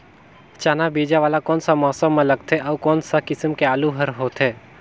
चाना बीजा वाला कोन सा मौसम म लगथे अउ कोन सा किसम के आलू हर होथे?